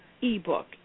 e-book